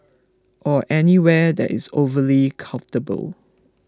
or anywhere that is overly comfortable